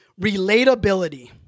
relatability